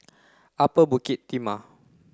Upper Bukit Timah